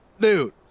Dude